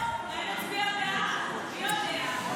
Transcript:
אולי נצביע בעד החוק, אולי נצביע בעד, מי יודע.